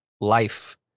life